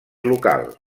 local